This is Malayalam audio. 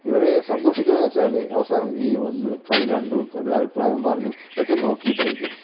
ഇവര് സന്തോഷിക്കുന്നതെന്നുവെച്ചാല് അവസാനം ഈ വന്ന് കളി കണ്ടു കുറേ അഭിപ്രായം പറഞ്ഞു ഇതൊക്കെ നോക്കിയിട്ടായിരിക്കും